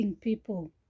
people